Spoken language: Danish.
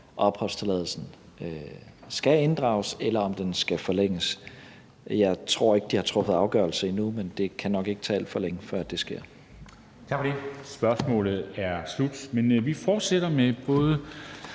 om opholdstilladelsen skal inddrages, eller om den skal forlænges. Jeg tror ikke, at de har truffet afgørelse endnu, men det kan nok ikke tage alt for længe, før det sker.